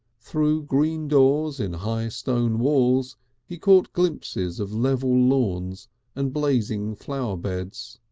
through green doors in high stone walls he caught glimpses of level lawns and blazing flower beds